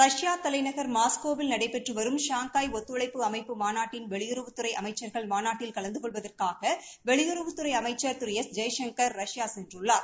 Russia தலைநகர் மாஸ்கோவில் நடைபெற்று வரும் ஷாங்காய் ஒத்துழைப்பு அமைப்பு மாநாட்டின் வெளியுறவுத்துறை அமைச்சா்கள் மாநாட்டில் கலந்து கொள்வதற்காக வெளியுறவுத்துறை அமைச்சா் திரு எஸ் ஜெய்சங்கள் ரஷ்யா சென்றுள்ளார்